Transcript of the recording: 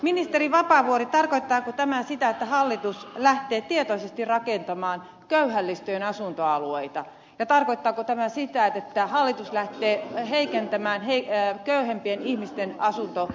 ministeri vapaavuori tarkoittaako tämä sitä että hallitus lähtee tietoisesti rakentamaan köyhälistön asuntoalueita ja tarkoittaako tämä sitä että hallitus lähtee heikentämään köyhempien ihmisten asuntorakentamisen laatua